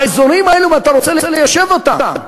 באזורים האלו, אם אתה רוצה ליישב אותם,